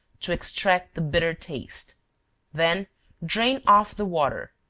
to extract the bitter taste then drain off the water,